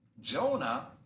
Jonah